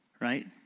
right